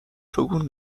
شگون